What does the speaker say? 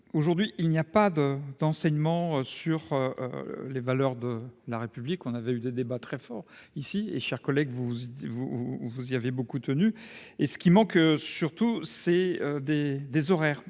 aujourd'hui il n'y a pas de d'enseignement sur les valeurs de la République, on avait eu des débats très fort ici et chers collègues, vous, vous vous y avez beaucoup tenu et ce qui manque surtout, c'est des des horaires